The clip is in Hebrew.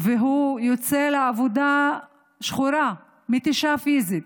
והוא יוצא לעבודה שחורה, מתישה פיזית,